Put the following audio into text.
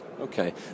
okay